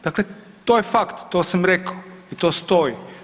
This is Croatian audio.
Dakle, to je fakt, to sam rekao i to stoji.